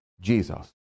Jesus